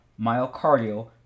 myocardial